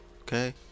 okay